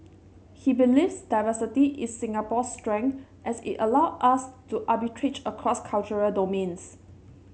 he believes diversity is Singapore's strength as it allows us to arbitrage across cultural domains